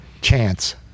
chance